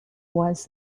was